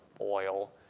oil